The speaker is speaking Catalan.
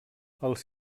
els